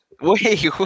Wait